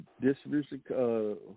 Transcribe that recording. distribution